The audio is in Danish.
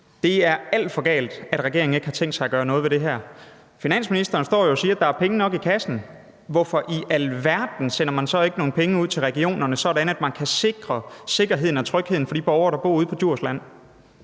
Det er alt for galt, at regeringen ikke har tænkt sig at gøre noget ved det her. Finansministeren står jo og siger, at der er penge nok i kassen. Hvorfor i alverden sender man så ikke nogle penge ud til regionerne, sådan at man kan sikre sikkerheden og trygheden for de borgere, der bor ude på Djursland?